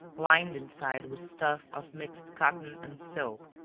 lined inside with stuff of mixed cotton and silk,